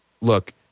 look